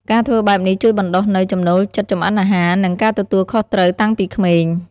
ការធ្វើបែបនេះជួយបណ្ដុះនូវ ចំណូលចិត្តចម្អិនអាហារ និង ការទទួលខុសត្រូវ តាំងពីក្មេង ។